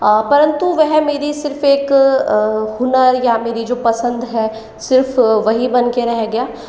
परंतु वह मेरी सिर्फ एक हुनर या मेरी जो पसंद है सिर्फ वही बन के रह गया